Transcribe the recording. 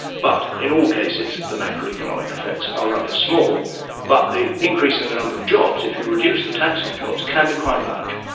but in all cases, the macro economic effects are rather small but the increase in the number of jobs, if you reduce the tax on jobs, can be quite large.